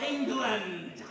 England